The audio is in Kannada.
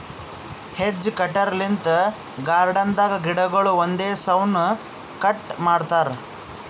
ಹೆಜ್ ಕಟರ್ ಲಿಂತ್ ಗಾರ್ಡನ್ ದಾಗ್ ಗಿಡಗೊಳ್ ಒಂದೇ ಸೌನ್ ಕಟ್ ಮಾಡ್ತಾರಾ